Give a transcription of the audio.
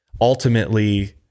ultimately